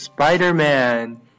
Spider-Man